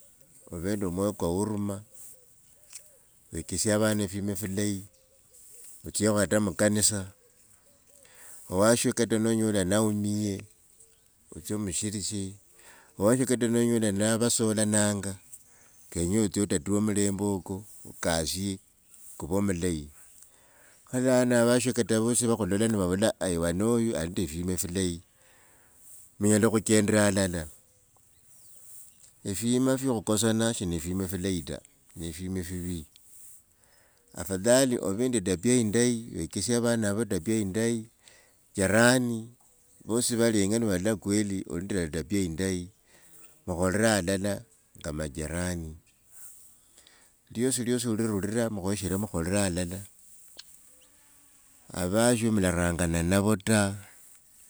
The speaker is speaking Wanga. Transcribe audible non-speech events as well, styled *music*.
Ove nende omwoyo kwa huruma wechesie avana efwima filayi, *noise* otsyekho hata mukanisa owasho kata nonyola naumie otsie omusilishe, owasho nonyola kate niva solananga kenye otsye otatuwe mulembe uko kukasie kuve mulayi kharaa wenawo avasho kata vosi nivavola ai vanoyu alinende fema efileyi mumyela khuchendra alala, *noise* efima fia khukosana shi nefwima fileyi ta nefwima fivi. Afadhali ove nende etabia indeyi wechesie vanawo etabia indeyi, jerani vosi nivalenga nivalk kweli oli nende etabia indeyi vakhorire alala nga majirani. Liosiliosi lirura mukhoeshere mukhorire alala *noise* avasho mularangana ninavo ta.